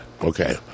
okay